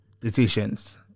decisions